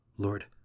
Lord